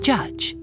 Judge